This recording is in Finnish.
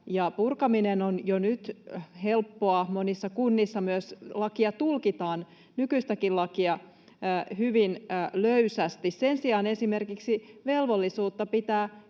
purkaminen on jo nyt helppoa monissa kunnissa — myös lakia tulkitaan, nykyistäkin lakia, hyvin löysästi. Sen sijaan esimerkiksi velvollisuutta pitää